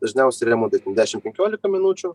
dažniausiai remontai ten dešim penkiolika minučių